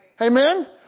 Amen